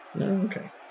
Okay